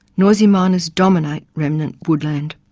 noisy miners dominate remnant woodland.